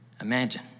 Imagine